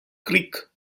creek